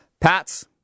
Pats